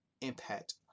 impact